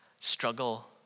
struggle